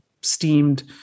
steamed